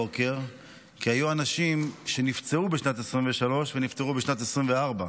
כי היו אנשים שנפצעו בשנת 2023 ונפטרו בשנת 2024,